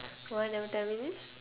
why never tell me this